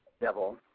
devil